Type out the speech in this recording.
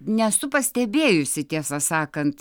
nesu pastebėjusi tiesą sakant